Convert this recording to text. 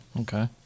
okay